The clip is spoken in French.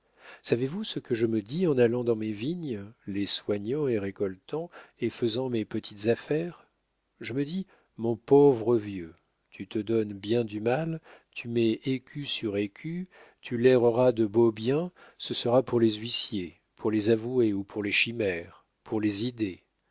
savez-vous ce que je me dis en allant dans mes vignes les soignant et récoltant et faisant mes petites affaires je me dis mon pauvre vieux tu te donnes bien du mal tu mets écu sur écu tu lairreras de beaux biens ce sera pour les huissiers pour les avoués ou pour les chimères pour les idées